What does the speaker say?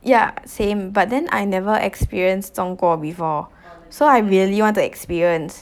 yeah same but then I never experience 中国 before so I really want to experience